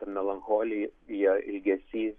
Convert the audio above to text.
ta melancholija ja ilgesys